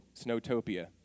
Snowtopia